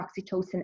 oxytocin